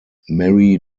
marie